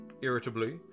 irritably